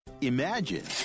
Imagine